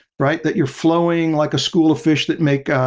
right? that you're flowing like a school of fish that make